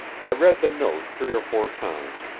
i read the note three or four times,